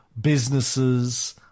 businesses